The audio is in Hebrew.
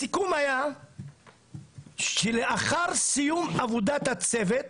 הסיכום היה שלאחר סיום עבודת הצוות,